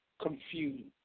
confused